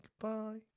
Goodbye